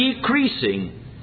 decreasing